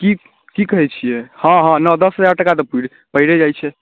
की की कहै छियै हँ हँ नओ दस हजार टका तऽ पैरे जाइ छै